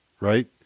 right